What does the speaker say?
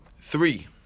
three